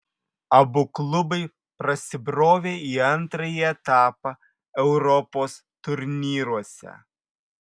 abu klubai prasibrovė į antrąjį etapą europos turnyruose